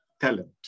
talent